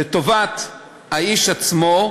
לטובת האיש עצמו,